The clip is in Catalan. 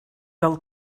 del